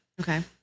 Okay